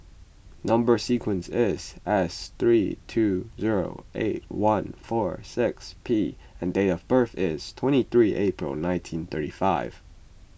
Number Sequence is S three two zero eight one four six P and date of birth is twenty three April nineteen thirty five